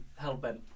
hellbent